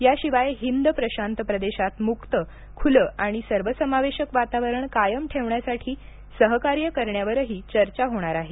याशिवाय हिंद प्रशांत प्रदेशात मुक्त खुलं आणि सर्व समावेशक वातावरण कायम ठेवण्यासाठी सहकार्य करण्यावरही चर्चा होणार आहे